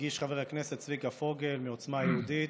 הגיש חבר הכנסת צביקה פוגל מעוצמה יהודית.